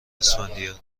اسفندیار